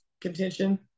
contention